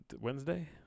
Wednesday